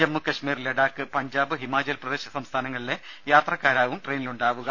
ജമ്മു കശ്മീർ ലഡാക്ക് പഞ്ചാബ് ഹിമാചൽപ്രദേശ് സംസ്ഥാനങ്ങളിലെ യാത്രക്കാരാകും ട്രെയിനിലുണ്ടാവുക